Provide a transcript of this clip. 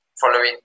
following